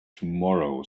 tomorrow